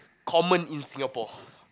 common in Singapore